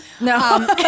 No